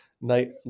night